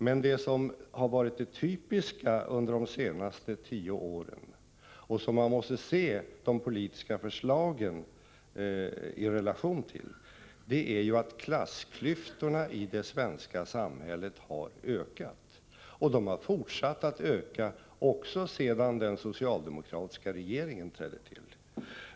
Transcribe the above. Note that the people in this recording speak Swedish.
Men det som har varit det typiska under de senaste tio åren och som man måste se de politiska förslagen i relation till är att klassklyftorna i det svenska samhället har ökat, och de har fortsatt att öka också sedan den socialdemokratiska regeringen trädde till.